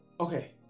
Okay